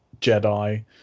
Jedi